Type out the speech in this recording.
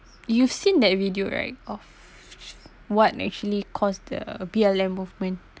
you've seen that video right of what actually caused the violence movement